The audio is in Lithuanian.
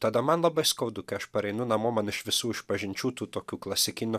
tada man labai skaudu kai aš pareinu namo man iš visų išpažinčių tų tokių klasikinių